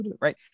right